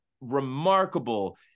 remarkable